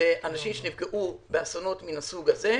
לאנשים שנפגעו באסונות מן הסוג הזה,